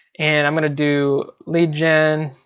and i'm gonna do lead gen,